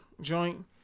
joint